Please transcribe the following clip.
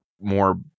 more